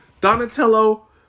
Donatello